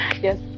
yes